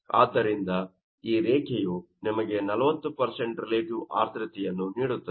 ಆದ್ದರಿಂದ ಈ ರೇಖೆಯು ನಿಮಗೆ 40 ರಿಲೇಟಿವ್ ಆರ್ದ್ರತೆಯನ್ನು ನೀಡುತ್ತದೆ